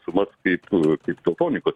sumas kaip kaip tektonikos